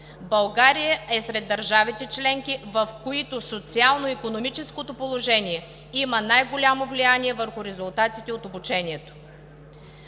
„България е сред държавите членки, в които социално икономическото положение има най-голямо влияние върху резултатите от обучението.“